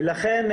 לכן,